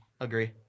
Agree